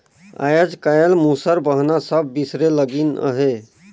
आएज काएल मूसर बहना सब बिसरे लगिन अहे